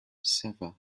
sever